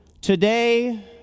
Today